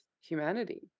humanity